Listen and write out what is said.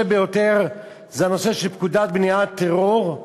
ביותר הוא הנושא של פקודת מניעת טרור,